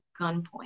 gunpoint